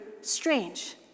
strange